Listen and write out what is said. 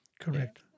Correct